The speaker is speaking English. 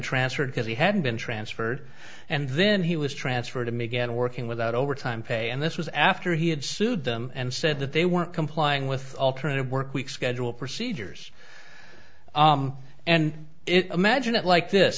transferred because he had been transferred and then he was transferred to me again working without overtime pay and this was after he had sued them and said that they weren't complying with alternative workweek schedule procedures and imagine it like this